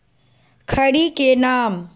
खड़ी के नाम?